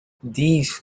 these